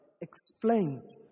Explains